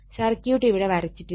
circuit ഇവിടെ വരച്ചിട്ടില്ല